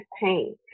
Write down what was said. pain